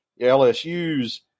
LSU's